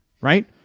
right